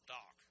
doc